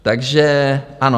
Takže ano.